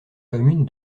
commune